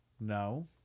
No